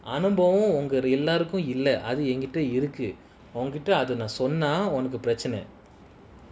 அனுபவம்உங்கஎல்லோருக்கும்இல்லஎன்கிட்டஇருக்குஉன்கிட்டசொன்னஅதுபிரச்னை:anubavam unga ellorukum illa enkita iruku unkita sonna adhu prachana